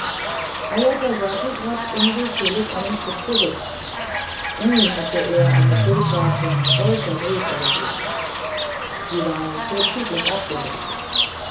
ajatasattu trat unwillkürlich einen schritt zurück nie hatte er eine kobra von solcher größe gesehen sie war vorzüglich abgerichtet